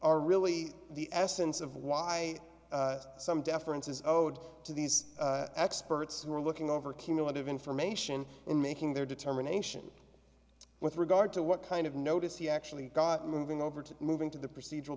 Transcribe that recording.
are really the essence of why some deference is owed to these experts who are looking over cumulative information in making their determination with regard to what kind of notice he actually got moving over to move into the procedural